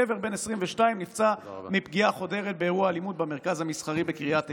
גבר בן 22 נפצע מפגיעה חודרת באירוע אלימות במרכז המסחרי בקריית עקרון,